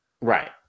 Right